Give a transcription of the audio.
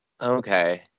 Okay